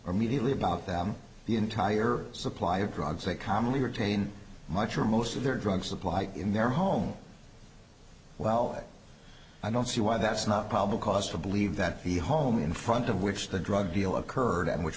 or mediately about them the entire supply of drugs they commonly retain much or most of their drug supply in their home well i don't see why that's not probable cause to believe that the home in front of which the drug deal occurred and which